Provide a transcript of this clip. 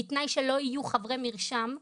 בתנאי שלא יהיו חברי מרשם.